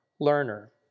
learner